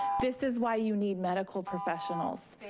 this is why you need medical professionals.